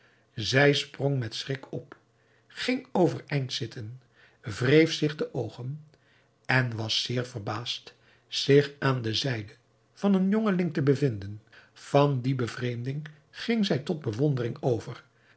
zij sprong met schrik op ging overeind zitten wreef zich de oogen en was zeer verbaasd zich aan de zijde van een jongeling te bevinden van die bevreemding ging zij tot bewondering over